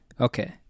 Okay